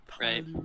right